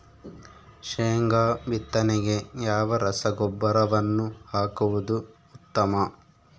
ಶೇಂಗಾ ಬಿತ್ತನೆಗೆ ಯಾವ ರಸಗೊಬ್ಬರವನ್ನು ಹಾಕುವುದು ಉತ್ತಮ?